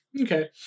Okay